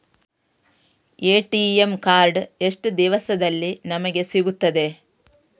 ATM card ಎಷ್ಟು ದಿವಸದಲ್ಲಿ ನಮಗೆ ಸಿಗುತ್ತದೆ?